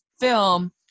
film